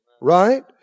right